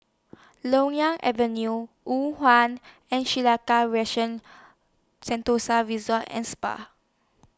Loyang Avenue and Sentosa Resort and Spa